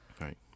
Right